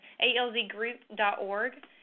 ALZgroup.org